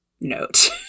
note